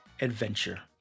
adventure